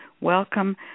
welcome